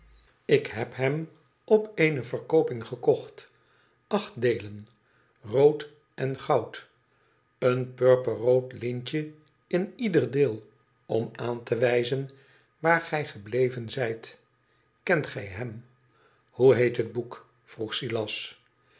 ik heb hem op eene verkooping gekocht acht deelen rood en goud een purperrood lintje in ieder deel om aan te wijzen waar gij gebleven ligt kent gij hem hoe heet het boek vroeg silas